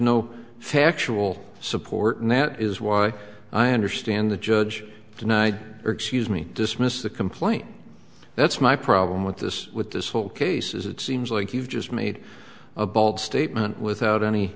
no factual support and that is why i understand the judge denied or excuse me dismiss the complaint that's my problem with this with this whole case is it seems like you've just made a bald statement without any